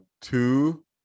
two